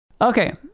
Okay